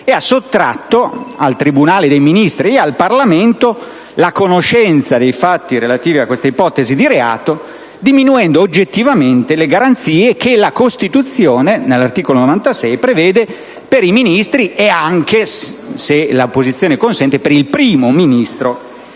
e ha sottratto al tribunale dei Ministri e al Parlamento la conoscenza dei fatti relativi a queste ipotesi di reato, diminuendo oggettivamente le garanzie che la Costituzione, nell'articolo 96, prevede per i Ministri e anche - se l'opposizione consente - per il Primo Ministro